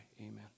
amen